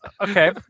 okay